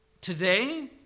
today